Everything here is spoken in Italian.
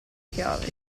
chiavi